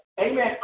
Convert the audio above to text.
Amen